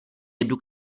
jednu